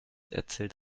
erzählt